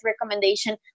recommendation